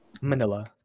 Manila